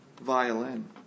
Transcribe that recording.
violin